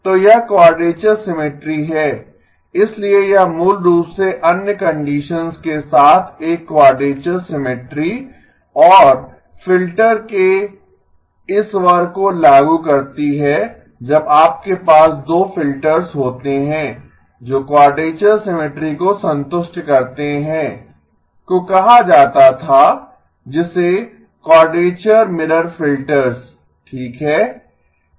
तो यह quadrature symmetry है इसलिए यह मूल रूप से अन्य कंडीशंस के साथ एक क्वाडरेचर सिमिट्री और फिल्टर्स के इस वर्ग को लागू करती है जब आपके पास 2 फिल्टर्स होते हैं जो क्वाडरेचर सिमिट्री को संतुष्ट करतें हैं को कहा जाता था जिसे क्वाडरेचर मिरर फिल्टर्स ठीक है